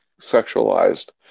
sexualized